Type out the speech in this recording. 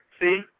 See